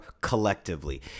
collectively